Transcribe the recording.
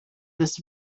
this